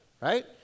Right